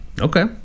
Okay